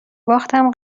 باختم